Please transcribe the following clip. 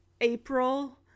April